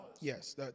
Yes